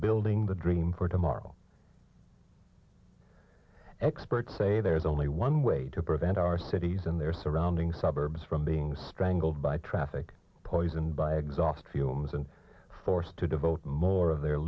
building the dream for tomorrow experts say there is only one way to prevent our cities and their surrounding suburbs from being strangled by traffic poisoned by exhaust fumes and forced to devote more of their